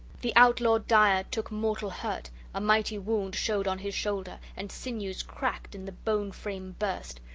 the outlaw dire took mortal hurt a mighty wound showed on his shoulder, and sinews cracked, and the bone-frame burst.